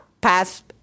pass